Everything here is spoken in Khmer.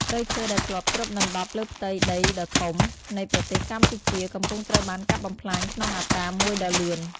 ព្រៃឈើ ដែលធ្លាប់គ្របដណ្ដប់លើផ្ទៃដីដ៏ធំនៃប្រទេសកម្ពុជា កំពុងត្រូវបានកាប់បំផ្លាញក្នុងអត្រាមួយដ៏លឿន។